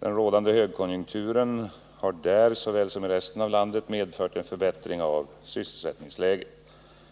Den rådande högkonjunkturen har där såväl som i resten av landet medfört en förbättring av sysselsättningsläget.